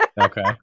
Okay